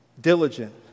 diligent